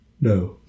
No